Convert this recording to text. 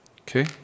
Okay